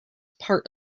part